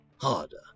harder